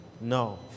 No